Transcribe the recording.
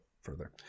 further